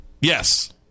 yes